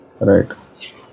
right